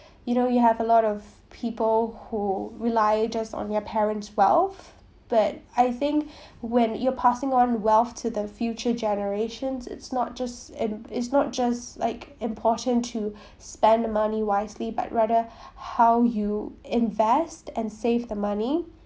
you know you have a lot of people who rely just on their parents' wealth but I think when you're passing on wealth to the future generations it's not just and it's not just like important to spend money wisely but rather how you invest and save the money